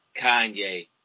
Kanye